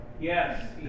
Yes